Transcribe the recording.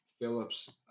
Phillips